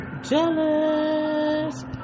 jealous